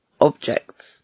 objects